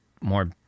more